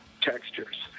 textures